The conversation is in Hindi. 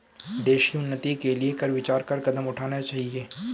देश की उन्नति के लिए कर विचार कर कदम उठाने चाहिए